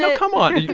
so come on. it's,